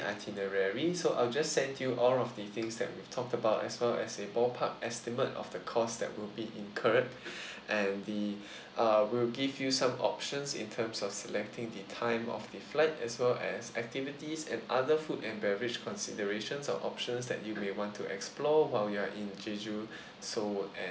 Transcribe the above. itinerary so I'll just send you all of the things that we've talked about as well as a ballpark estimate of the cost that will be incurred and the uh we'll give you some options in terms of selecting the time of the flight as well as activities and other food and beverage considerations or options that you may want to explore while you are in jeju seoul and